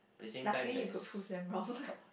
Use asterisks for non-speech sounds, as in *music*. luckily you could prove them wrong *laughs*